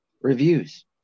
reviews